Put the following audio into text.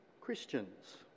Christians